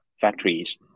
factories